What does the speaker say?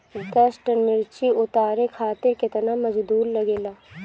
दस टन मिर्च उतारे खातीर केतना मजदुर लागेला?